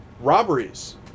robberies